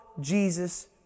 Jesus